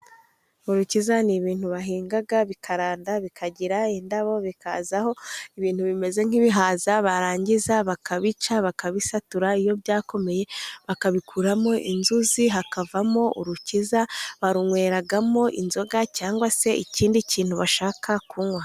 Urukiza ni ibintu bahinga, bikaranda bikagira indabo, bikazaho ibintu bimeze nk'ibihaza, barangiza bakabica bakabisatura, iyo byakomeye bakabikuramo inzuzi, hakavamo urukiza barunyweramo inzoga, cyangwa se ikindi kintu bashaka kunywa.